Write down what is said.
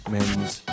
Men's